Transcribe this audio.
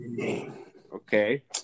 Okay